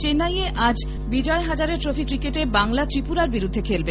চেন্নাইয়ে আজ বিজয় হাজারে ট্রফি ক্রিকেটে বাংলা ত্রিপুরার বিরুদ্ধে খেলবে